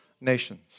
nations